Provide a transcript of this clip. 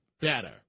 better